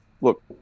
Look